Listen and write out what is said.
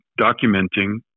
documenting